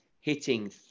hitting